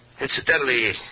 incidentally